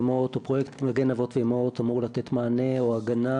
פרויקט "מגן אבות ואימהות" אמור לתת מענה או הגנה